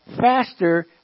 faster